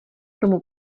tomu